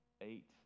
eight